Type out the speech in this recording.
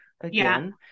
again